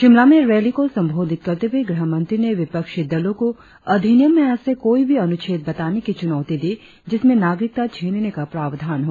शिमला में रैली को सम्बोधित करते हुए गृह मंत्री ने विपक्षी दलों को अधिनियम में ऐसा कोई भी अनुच्छेद बताने की चुनौती दी जिसमें नागरिकता छीनने का प्रवधान हो